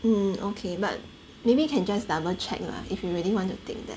mm okay but maybe you can just double check lah if you really want to take that